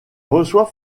reçoit